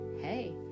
hey